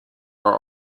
are